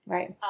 Right